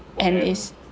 and it's